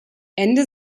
ende